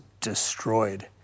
destroyed